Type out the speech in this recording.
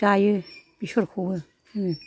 जायो बेसरखौबो जोङो